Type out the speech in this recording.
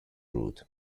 route